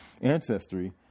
ancestry